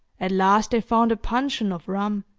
at last they found a puncheon of rum,